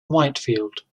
whitefield